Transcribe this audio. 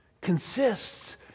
consists